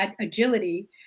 agility